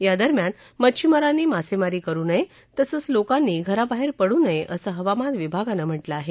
या दरम्यान मच्छिमारांनी मासेमारी करु नये तसंच लोकांनी घराबाहेर पडू नये असं हवामान विभागानं म्हटलं आहे